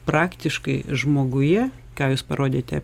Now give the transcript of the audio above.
praktiškai žmoguje ką jūs parodėte